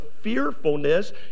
fearfulness